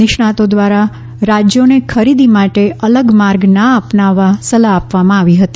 નિષ્ણાંતો દ્વારા રાજ્યોને ખરીદી માટે અલગ માર્ગ ના અપનાવવા સલાહ આપવામાં આવી હતી